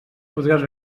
podràs